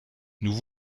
nous